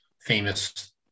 famous